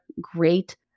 great